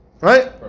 Right